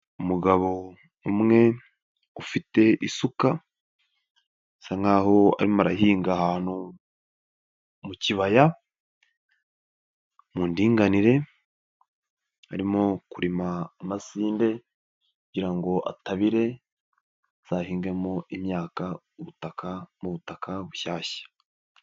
Umugabo umwe ufite isuka, asa nkaho arimo ahinga ahantu mu kibaya, mu ndinganire, arimo kurima amasinde kugira ngo atabire azahingemo imyaka ubutaka mu butaka bushyashya.